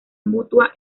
mutua